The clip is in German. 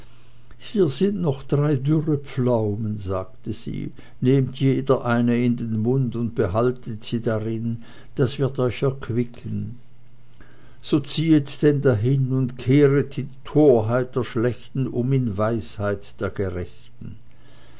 hier sind noch drei dürre pflaumen sagte sie nehmt jeder eine in den mund und behaltet sie darin das wird euch erquicken so ziehet denn dahin und kehret die torheit der schlechten um in weisheit der gerechten